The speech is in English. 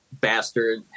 Bastard